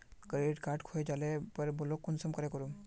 Credit card खोये जाले पर ब्लॉक कुंसम करे करूम?